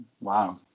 wow